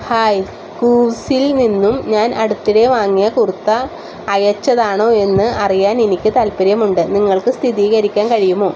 hi കൂവ്സിൽ നിന്നും ഞാൻ അടുത്തിടെ വാങ്ങിയ കുർത്ത അയച്ചതാണോ എന്ന് അറിയാൻ എനിക്ക് താൽപ്പര്യമുണ്ട് നിങ്ങൾക്ക് സ്ഥിരീകരിക്കാൻ കഴിയുമോ